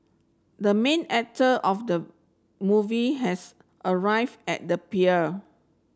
the main actor of the movie has arrive at the pier